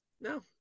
no